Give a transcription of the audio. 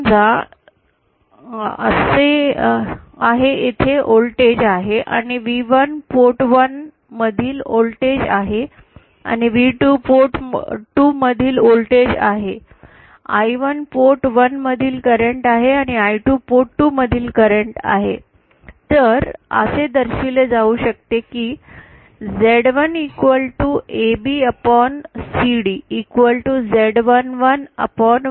समजा हे असे आहे येथे व्होल्टेज आहे आणि V1 पोर्ट 1 मधील व्होल्टेज आहे आणि V2 पोर्ट 2 मधील व्होल्टेज आहे I1 पोर्ट 1 मधील करन्ट आहे आणि I2 पोर्ट 2 मधील करन्ट आहे तर असे दर्शविले जाऊ शकते की Z1 ABCD Z11Y11 आहे